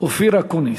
אופיר אקוניס.